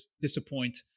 disappoint